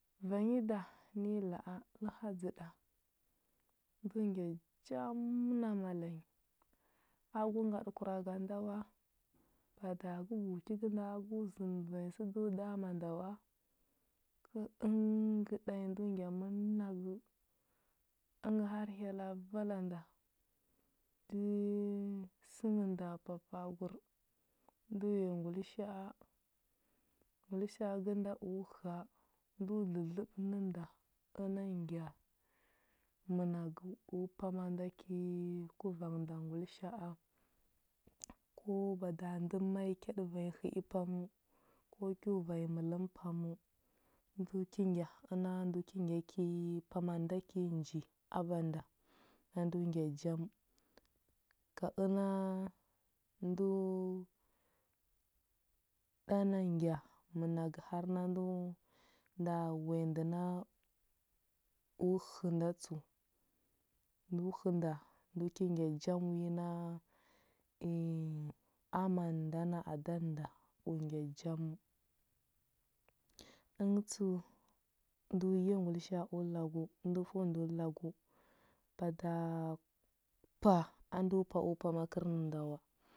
Vanyi da nda ne la a ləhəa dzə ɗa, ndə ngya jam na mala nyi, a gə ngaɗə kuraga nda wa, bada gə yu ki gənda agu zənə vanyi səda o ɗa a na nda wa. Kəl əngə ɗanyi ndo ngya mənagəu, əngə har hyella vala nda, ndə səngə nda papa agur, ndə uya ngulisha a. Ngulisha a gənda o həa, ndo dlədləɓə nə nda, ga nda ngya mənagəu u pama nda kə i kuvan nda ngulisha a. Ko bada ndə ma i kyaɗə vanya hə i paməu, ko kyo vanyi mələm paməu, ndo ki ngya əna ndo ki ngya ki pama nda kə i nji a banda na ndo ngya jam. Ka əna ndo ɗa na ngya mənagə har na ndo nda wuya ndə na u hə nda tsəu. Ndo hə nda ndo ki ngya jam wi na aman nda na adan nda u ngya jaməu. Əngə tsəu ndo yiya ngulisha a u lagu, ndo fəu ndə u lagu, daga pa a ndo pa u pama kərnənda wa.